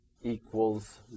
equals